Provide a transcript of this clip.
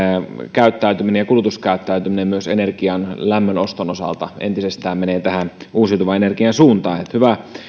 käyttäytyminen ja kulutuskäyttäytyminen myös energian lämmön oston osalta entisestään menee tähän uusiutuvan energian suuntaan hyvä